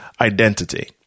identity